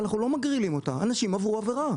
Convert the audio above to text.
אנחנו לא מגרילים אותה, אנשים עברו עבירה.